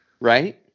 Right